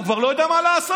הוא כבר לא יודע מה לעשות,